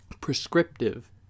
prescriptive